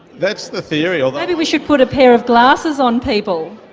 that's the theory. ah maybe we should put a pair of glasses on people.